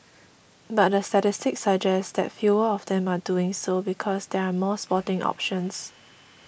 but the statistics suggest that fewer of them are doing so because there are more sporting options